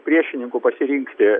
priešininku pasirinkti